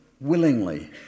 willingly